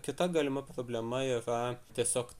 kita galima problema yra tiesiog